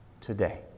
today